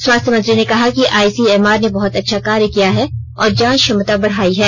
स्वास्थ्य मंत्री ने कहा कि आईसीएमआर ने बहत अच्छा कार्य किया है और जांच क्षमता बढ़ाई है